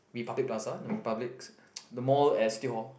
Republic Plaza no republics the mall at City Hall